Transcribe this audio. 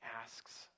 asks